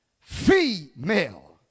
female